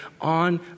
on